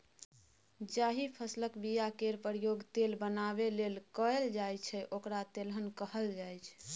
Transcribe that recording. जाहि फसलक बीया केर प्रयोग तेल बनाबै लेल कएल जाइ छै ओकरा तेलहन कहल जाइ छै